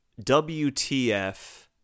wtf